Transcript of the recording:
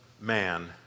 man